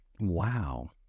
Wow